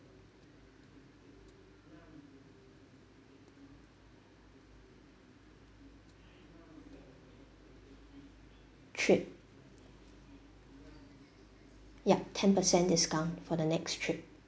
trip ya ten percent discount for the next trip